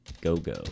go-go